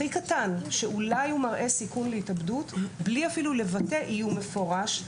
הכי קטן שאולי הוא מראה סיכון להתאבדות בלי אפילו לבטא איום מפורש,